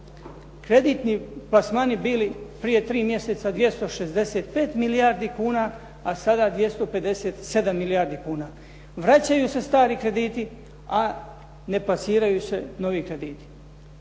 kreditni plasmani bili prije 3 mjeseca 265 milijardi kuna, a sada 257 milijardi kuna. Vraćaju se stari krediti, a ne plasiraju se novi krediti.